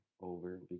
over